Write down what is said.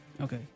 Okay